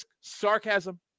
sarcasm